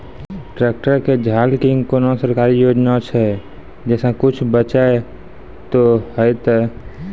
Tractor के झाल किंग कोनो सरकारी योजना छ जैसा कुछ बचा तो है ते?